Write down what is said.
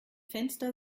fenster